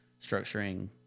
structuring